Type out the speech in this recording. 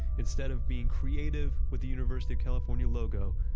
instead of being creative with the university of california logo,